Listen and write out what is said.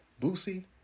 Boosie